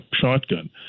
shotgun